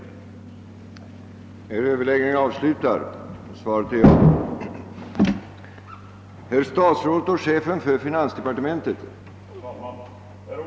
Jag tackar för svaret.